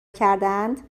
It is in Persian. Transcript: کردهاند